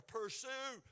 pursue